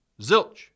Zilch